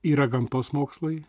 yra gamtos mokslai